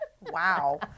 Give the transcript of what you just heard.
Wow